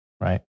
right